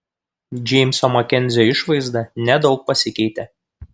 džeimso makenzio išvaizda nedaug pasikeitė